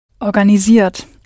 Organisiert